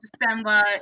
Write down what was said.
December